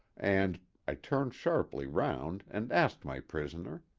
and i turned sharply round and asked my prisoner.